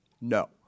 No